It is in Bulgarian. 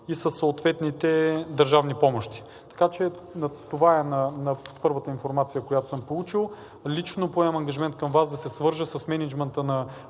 и със съответните държавни помощи. Така че това е първата информация, която съм получил. Лично поемам ангажимент към Вас да се свържа с мениджмънта на